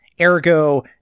Ergo